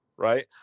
Right